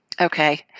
Okay